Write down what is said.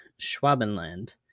Schwabenland